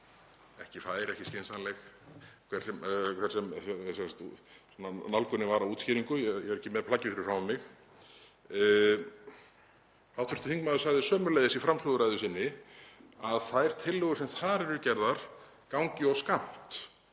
ekki fær, ekki skynsamleg, hver sem nálgunin var í útskýringunni, ég er ekki með plaggið fyrir mig. Hv. þingmaður sagði sömuleiðis í framsöguræðu sinni að þær tillögur sem þar eru gerðar gangi of skammt,